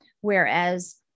Whereas